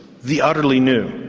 the utterly new.